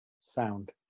Sound